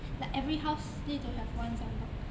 like every house need to have one Zambuk